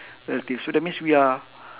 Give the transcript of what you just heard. relative so that means we are